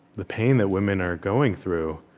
the pain that women are going through,